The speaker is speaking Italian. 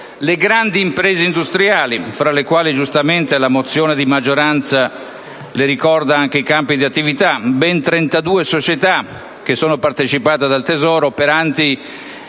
le grandi imprese industriali, delle quali giustamente la mozione di maggioranza ricorda anche i campi di attività (ben 32 società, che sono partecipate dal Tesoro, operanti